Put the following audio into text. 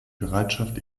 bereitschaft